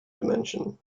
dimension